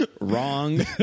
Wrong